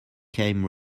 came